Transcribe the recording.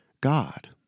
God